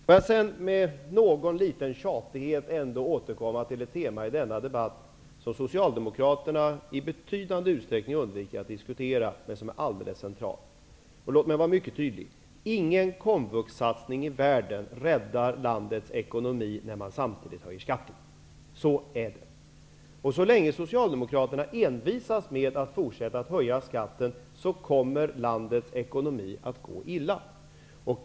Herr talman! Den sista frågan riktades visserligen inte till mig utan till andra partier. Men jag kan för moderaternas vidkommande säga att vi skall kunna utnyttja skolan för att höja kompetensen. Eftersom Socialdemokraterna uppenbarligen vill det också, är ni välkomna in i gänget. Får jag med någon liten tjatighet ändå återkomma till ett tema i denna debatt som Socialdemokraterna i betydande utsträckning undviker att diskutera och som är alldeles centralt. Låt mig vara mycket tydlig. Ingen komvuxsatsning i världen räddar landets ekonomi om skatten samtidigt höjs. Så är det. Så länge Socialdemokraterna envisas med att fortsätta att höja skatten, kommer landets ekonomi att gå illa.